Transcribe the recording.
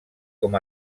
com